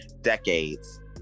decades